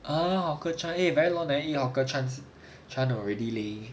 orh hawker chan eh very long never eat hawker chan's hawker chan already leh